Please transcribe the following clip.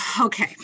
okay